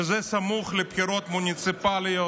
שזה סמוך לבחירות מוניציפליות,